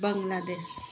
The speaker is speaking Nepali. बङ्ग्लादेश